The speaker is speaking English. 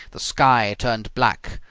the sky turned black,